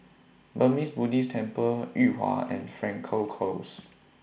Burmese Buddhist Temple Yuhua and Frankel Close